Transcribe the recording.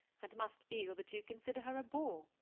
and must feel that you consider her a bore.